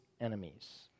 enemies